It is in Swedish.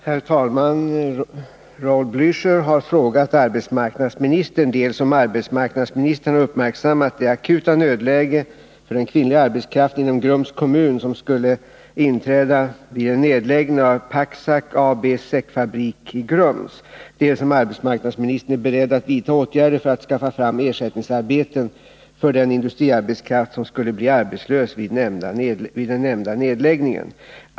Herr talman! Raul Blächer har frågat arbetsmarknadsministern dels om arbetsmarknadsministern har uppmärksammat det akuta nödläge för den kvinnliga arbetskraften inom Grums kommun som skulle inträda vid en nedläggning av Pacsac AB:s säckfabrik i Grums, dels om arbetsmarknadsministern är beredd att vidta åtgärder för att skaffa fram ersättningsarbeten för den industriarbetskraft som skulle bli arbetslös vid den nämnda nedläggningen.